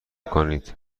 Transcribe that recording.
کنید